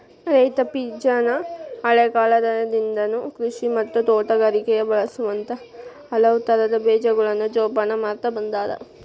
ರೈತಾಪಿಜನ ಹಳೇಕಾಲದಾಗಿಂದನು ಕೃಷಿ ಮತ್ತ ತೋಟಗಾರಿಕೆಗ ಬಳಸುವಂತ ಹಲವುತರದ ಬೇಜಗಳನ್ನ ಜೊಪಾನ ಮಾಡ್ತಾ ಬಂದಾರ